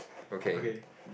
okay